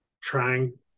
trying